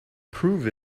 prove